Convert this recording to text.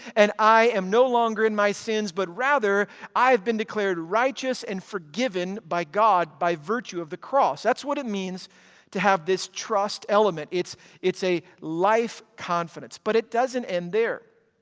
and i am no longer in my sins, but rather i've been declared righteous and forgiven by god by virtue of the cross. that's what it means to have this trust element it's it's a life confidence, but it doesn't end there.